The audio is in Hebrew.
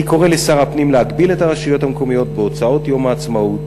אני קורא לשר הפנים להגביל את הרשויות המקומיות בהוצאות יום העצמאות